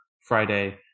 friday